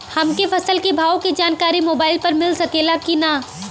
हमके फसल के भाव के जानकारी मोबाइल पर मिल सकेला की ना?